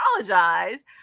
apologize